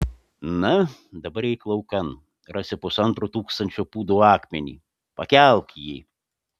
na dabar eik laukan rasi pusantro tūkstančio pūdų akmenį pakelk jį